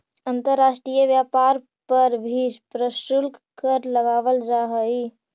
अंतर्राष्ट्रीय व्यापार पर भी प्रशुल्क कर लगावल जा हई